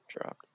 dropped